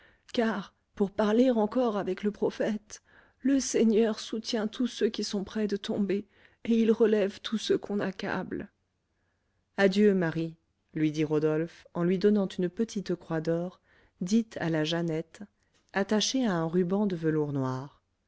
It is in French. car pour parler encore avec le prophète le seigneur soutient tous ceux qui sont près de tomber et il relève tous ceux qu'on accable adieu marie lui dit rodolphe en lui donnant une petite croix d'or dite à la jeannette attachée à un ruban de velours noir